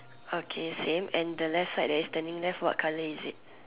okay same and the left side that's turning left what colour is it